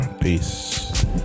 Peace